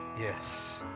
Yes